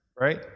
right